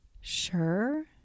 Sure